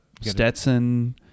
Stetson